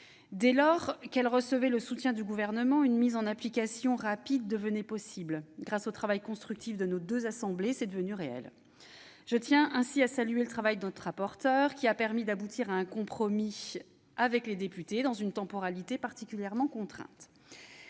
Dès lors qu'elle recevait le soutien du Gouvernement, une mise en application rapide devenait possible. Grâce au travail constructif de nos deux assemblées, c'est devenu réel. Je tiens ainsi à saluer le travail de notre rapporteur, qui a permis d'aboutir à un compromis avec les députés, dans une temporalité particulièrement contrainte.